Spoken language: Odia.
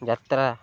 ଯାତ୍ରା